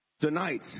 tonight